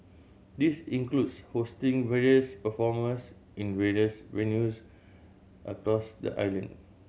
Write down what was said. this includes hosting various performers in various venues across the island